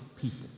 people